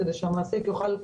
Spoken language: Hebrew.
כדי שהמעסיק יוכל,